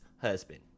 husband